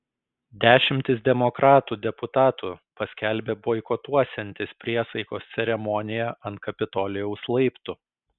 dešimtys demokratų deputatų paskelbė boikotuosiantys priesaikos ceremoniją ant kapitolijaus laiptų